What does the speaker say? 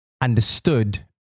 understood